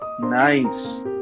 Nice